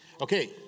Okay